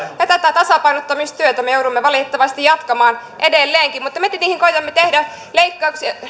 leikkaukset tätä tasapainottamistyötä me joudumme valitettavasti jatkamaan edelleenkin mutta me tietenkin koetamme tehdä leikkauksia sillä tavalla että